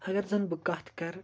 اگر زَن بہٕ کَتھ کَرٕ